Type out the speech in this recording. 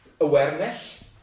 awareness